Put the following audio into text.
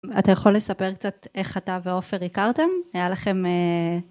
אתה יכול לספר קצת איך אתה ועופר הכרתם? היה לכם